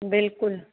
बिल्कुलु